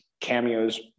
cameos